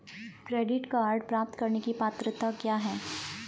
Credit card प्राप्त करने की पात्रता क्या है?